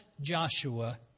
Joshua